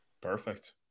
Perfect